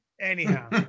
Anyhow